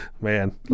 man